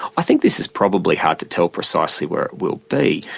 i think this is probably hard to tell precisely where it will be,